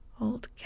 old